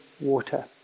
water